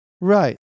right